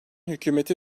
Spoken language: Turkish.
hükümeti